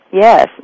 Yes